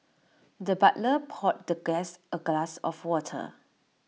the butler poured the guest A glass of water